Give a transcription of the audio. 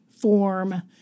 form